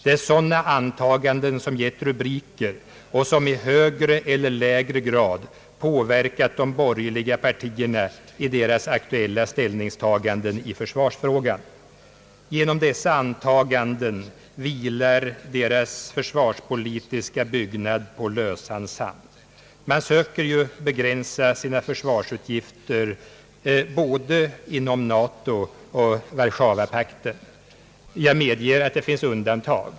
Det är sådana antaganden som gett rubriker och som i högre eller lägre grad påverkat de borgerliga partierna i deras ställningstaganden i försvarsfrågan. Genom dessa antaganden vilar deras försvarspolitiska byggnad på lösan sand. Man söker som bekant begränsa sina försvarsutgifter inom både NATO och Warszawapakten. Jag medger att det finns undantag.